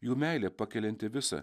jų meilė pakelianti visą